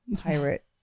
pirate